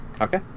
Okay